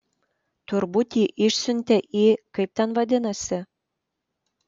turbūt jį išsiuntė į kaip ten vadinasi